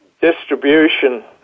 distribution